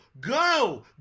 go